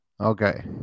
okay